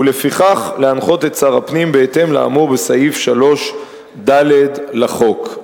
ולפיכך להנחות את שר הפנים בהתאם לאמור בסעיף 3ד לחוק.